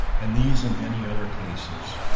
and these and many other cases,